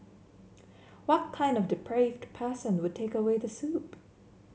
what kind of depraved person would take away the soup